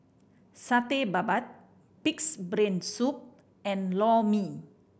Satay Babat Pig's Brain Soup and Lor Mee